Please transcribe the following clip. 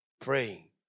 praying